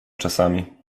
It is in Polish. czasami